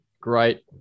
Great